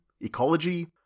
ecology